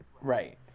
Right